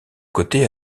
côté